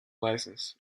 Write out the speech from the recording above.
license